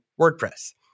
WordPress